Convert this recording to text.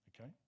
okay